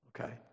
Okay